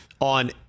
on